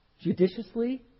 judiciously